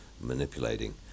manipulating